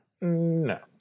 no